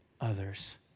others